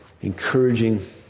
encouraging